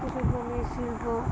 শিল্প